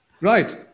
Right